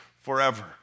forever